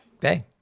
hey